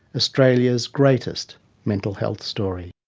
australia's greatest mental health story.